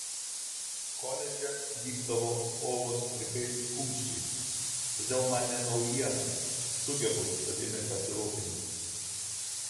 koledže vykdavo kovos plikais kumščiais todėl man ne naujiena sugebu savimi pasirūpinti